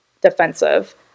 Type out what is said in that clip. defensive